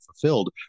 fulfilled